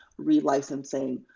relicensing